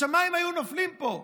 השמיים היו נופלים פה.